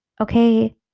Okay